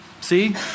See